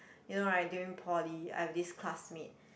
you know right during poly I have this classmate